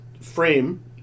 frame